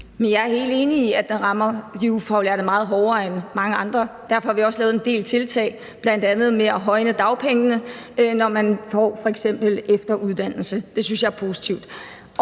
Jeg er helt enig i, at den rammer de ufaglærte meget hårdere end mange andre. Derfor har vi også lavet en del tiltag, bl.a. i forhold til at højne dagpengene, når man f.eks. får efteruddannelse. Det synes jeg er positivt.